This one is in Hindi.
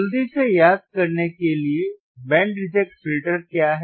तो जल्दी से याद करने के लिए बैंड रिजेक्ट फिल्टर क्या है